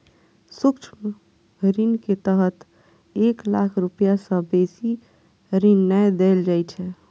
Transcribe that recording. सूक्ष्म ऋण के तहत एक लाख रुपैया सं बेसी ऋण नै देल जाइ छै